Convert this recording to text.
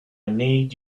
need